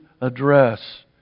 address